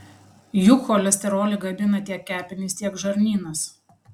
juk cholesterolį gamina tiek kepenys tiek žarnynas